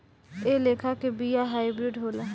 एह लेखा के बिया हाईब्रिड होला